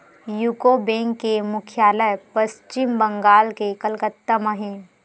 UCO bank के मुख्यालय पस्चिम बंगाल के कलकत्ता म हे